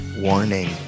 Warning